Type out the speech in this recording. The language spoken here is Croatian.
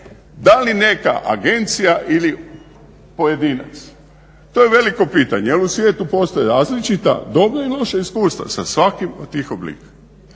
Da li neka agencija ili pojedinca, to je veliko pitanje, ali u svijetu postoje različita dobra i loša iskustva sa svakim od tih oblika.